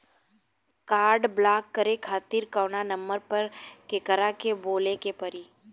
Card block करे खातिर कवना नंबर पर केकरा के बोले के परी?